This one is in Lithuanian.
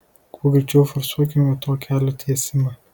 kuo greičiau forsuokime to kelio tiesimą